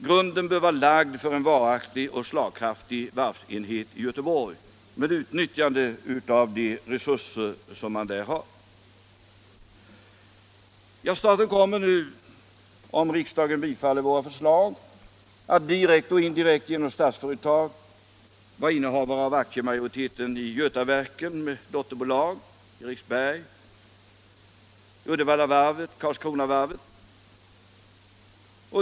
Grunden bör vara lagd för en varaktig och slagkraftig varvsenhet i Göteborg med utnyttjande av de resurser som man där har. Staten kommer nu, om riksdagen bifaller våra förslag, att direkt och indirekt genom Statsföretag vara innehavare av aktiemajoriteten i Götaverken med dotterbolag, Eriksberg, Uddevallavarvet och Karlskronavarvet.